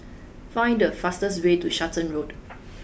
find the fastest way to Charlton Road